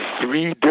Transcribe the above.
three